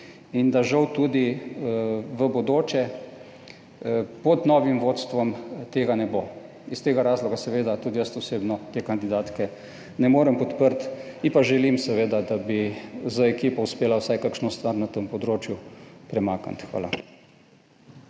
in da žal tudi v bodoče pod novim vodstvom tega ne bo. Iz tega razloga seveda tudi jaz osebno te kandidatke ne morem podpreti. Ji pa želim seveda, da bi z ekipo uspela vsaj kakšno stvar na tem področju premakniti. Hvala.